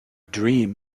dream